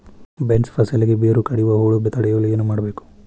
Beans ಫಸಲಿಗೆ ಬೇರು ಕಡಿಯುವ ಹುಳು ತಡೆಯಲು ಏನು ಮಾಡಬೇಕು?